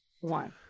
one